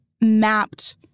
mapped